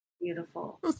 Beautiful